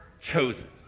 chosen